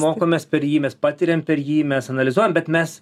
mokomės per jį mes patiriam per jį mes analizuojam bet mes